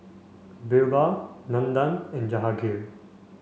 Birbal Nandan and Jahangir